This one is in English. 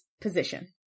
position